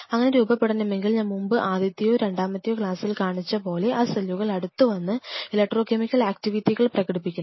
അങ്ങനെ രൂപപ്പെടണമെങ്കിൽ ഞാൻ മുൻപ് ആദ്യത്തെയോ രണ്ടാമത്തെയോ ക്ലാസ്സിൽ കാണിച്ച പോലെ ആ സെല്ലുകൾ അടുത്തുവന്നു ഇലക്ട്രോ കെമിക്കൽ ആക്ടിവിറ്റികൾ പ്രകടിപ്പിക്കണം